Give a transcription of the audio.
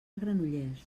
granollers